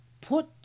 put